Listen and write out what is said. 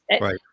right